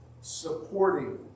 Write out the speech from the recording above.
supporting